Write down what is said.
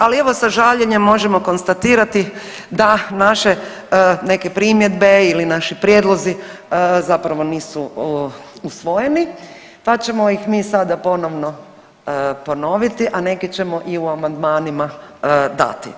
Ali evo sa žaljenjem možemo konstatirati da naše neke primjedbe ili naši prijedlozi zapravo nisu usvojeni, pa ćemo ih mi sada ponovno ponoviti, a neke ćemo i u amandmanima dati.